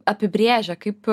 apibrėžia kaip